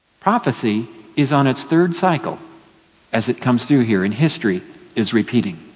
prophecy is on its third cycle as it comes through here, and history is repeating.